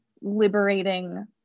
liberating